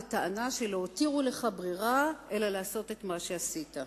בטענה שלא הותירו לך ברירה אלא לעשות את מה שעשית.